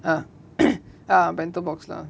ah bento box lah